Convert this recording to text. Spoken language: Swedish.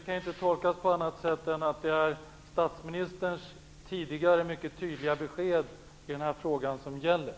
Fru talman! Jag är glad över svaret. Det kan ju inte tolkas på annat sätt än att det är statsministerns tidigare mycket tydliga besked i den här frågan som gäller.